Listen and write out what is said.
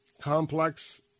Complex